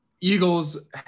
Eagles